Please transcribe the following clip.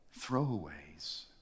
throwaways